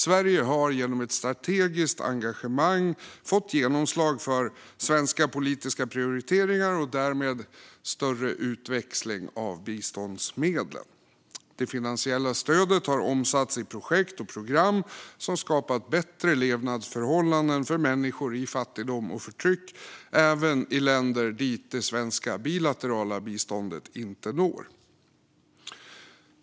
Sverige har genom ett strategiskt engagemang fått genomslag för svenska politiska prioriteringar och därmed större utväxling för biståndsmedlen. Det finansiella stödet har omsatts i projekt och program som skapat bättre levnadsförhållanden för människor som lever under fattigdom och förtryck, även i länder dit det svenska bilaterala biståndet inte når.